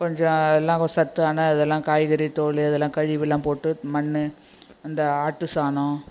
கொஞ்சம் எல்லாம் கொஞ்சம் சத்தான அதெலாம் காய்கறி தோல் இதெல்லாம் கழுவிலாம் போட்டு மண்ணு அந்த ஆட்டுச்சாணம்